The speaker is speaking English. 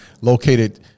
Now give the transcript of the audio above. located